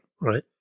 right